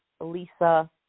lisa